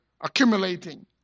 accumulating